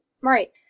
right